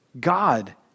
God